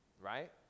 right